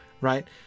Right